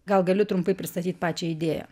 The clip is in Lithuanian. gal gali trumpai pristatyt pačią idėją